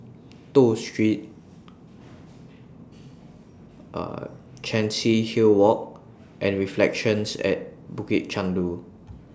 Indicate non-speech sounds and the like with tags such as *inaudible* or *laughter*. Toh Street *hesitation* Chancery Hill Walk and Reflections At Bukit Chandu